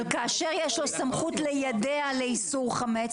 אבל כאשר יש לו סמכות ליידע על איסור חמץ,